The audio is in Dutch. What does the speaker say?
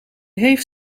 heeft